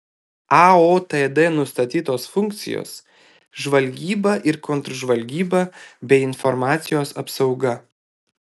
aotd nustatytos funkcijos žvalgyba ir kontržvalgyba bei informacijos apsauga